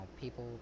people